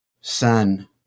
son